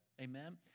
Amen